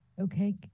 okay